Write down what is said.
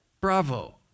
Bravo